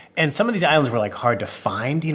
and some of these islands were, like, hard to find. you know,